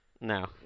No